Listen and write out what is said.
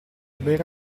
bere